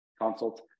consult